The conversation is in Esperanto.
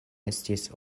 estis